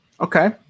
Okay